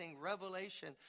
revelation